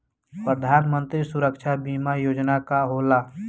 प्रधानमंत्री सुरक्षा बीमा योजना का होला?